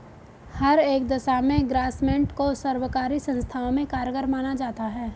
हर एक दशा में ग्रास्मेंट को सर्वकारी संस्थाओं में कारगर माना जाता है